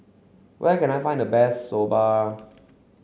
where can I find the best Soba